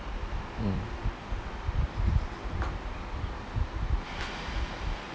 mm